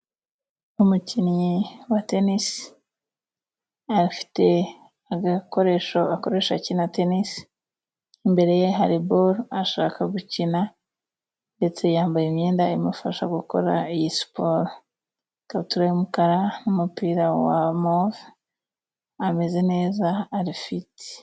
Umukinnyi wa tenisi afite agakoresho akoresha akina tenisi imbere ye hari boro ashaka gukina ndetse yambaye imyenda imufasha gukora iyi siporo. Ikabutura y'umukara n'umupira wa move, ameze neza ari fiti.